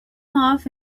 off